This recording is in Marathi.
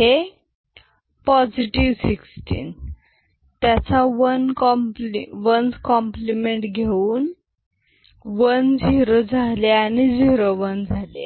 हे 16 त्याचा वन कॉम्प्लिमेंट घेऊन वन झिरो झाले आणि झिरो वन झाले